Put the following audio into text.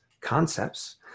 concepts